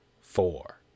four